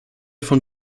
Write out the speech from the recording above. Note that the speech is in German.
von